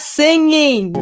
singing